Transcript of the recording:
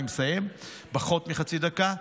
אני מסיים, פחות מחצי דקה.